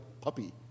puppy